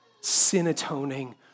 sin-atoning